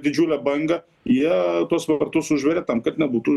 didžiulę bangą jie tuos vartus užveria tam kad nebūtų